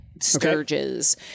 sturges